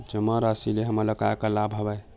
जमा राशि ले हमला का का लाभ हवय?